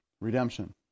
Redemption